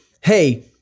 hey